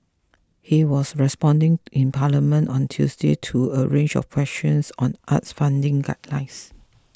he was responding in Parliament on Tuesday to a range of questions on arts funding guidelines